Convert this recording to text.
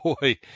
boy